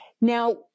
Now